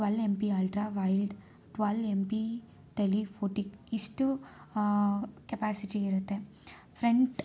twelve M P ultra wide twelve M P telephoto ಇಷ್ಟು capacity ಇರುತ್ತೆ front